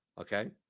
Okay